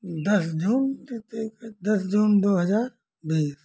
दस जून दस जून दो हजार बाईस